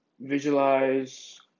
Visualize